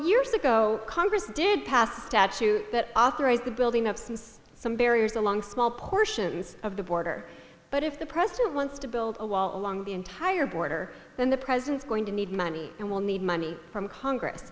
years ago congress did pass a statute that authorized the building of some barriers along small portions of the border but if the president wants to build a wall along the entire border then the president's going to need money and will need money from congress